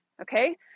okay